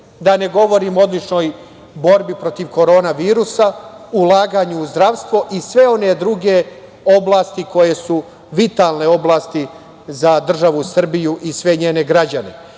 da ne govorim o odličnoj borbi protiv korona virusa, ulaganju u zdravstvo i sve one druge oblasti koje su vitalne oblasti za državu Srbiju i sve njene građane. Da